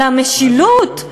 למשילות.